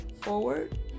forward